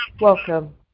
Welcome